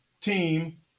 team